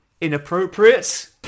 Inappropriate